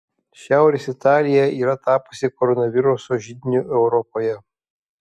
šiaurės italija yra tapusi koronaviruso židiniu europoje